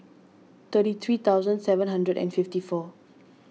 thirty three thousand seven hundred and fifty four